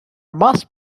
must